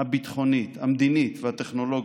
הביטחונית, המדינית והטכנולוגית,